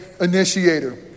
initiator